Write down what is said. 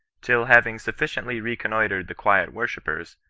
till having sufficiently reconnoitred the quiet worshippers,